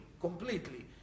completely